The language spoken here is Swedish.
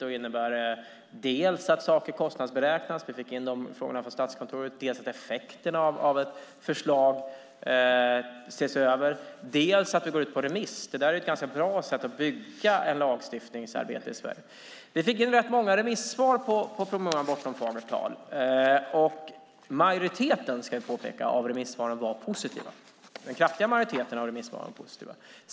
Det innebär dels att saker kostnadsberäknas, vi fick in de frågorna från Statskontoret, dels att effekterna av ett förslag ses över, dels att frågan går ut på remiss. Det är ett bra sätt att bygga ett lagstiftningsarbete i Sverige. Vi fick in rätt många remissvar på promemorian Bortom fagert tal . Den kraftiga majoriteten av remissvaren var positiva.